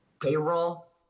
payroll